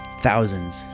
Thousands